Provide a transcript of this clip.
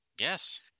Yes